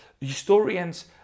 historians